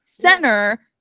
center